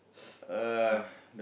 cause